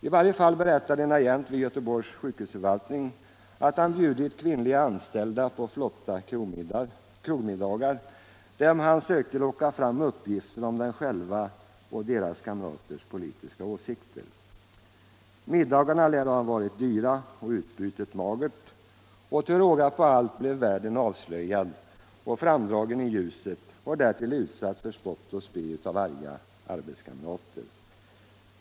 I varje fall berättade en agent vid Göteborgs sjukvårdsförvaltning att han bjudit kvinnliga anställda på flotta krogmiddagar, där han sökte locka fram uppgifter om deras egna och deras kamraters politiska åsikter. Middagarna lär ha varit dyra och utbytet magert. Till råga på allt blev värden avslöjad och framdragen i ljuset och därtill utsatt för spott och spe av alla arbetskamrater.